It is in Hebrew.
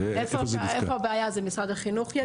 איפה הבעיה זה משרד החינוך יגיד.